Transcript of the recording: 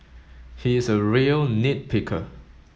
he is a real nit picker